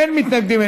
אין מתנגדים,